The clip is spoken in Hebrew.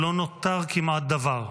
לא נותר כמעט דבר.